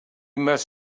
must